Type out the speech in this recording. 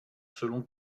selon